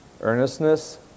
Earnestness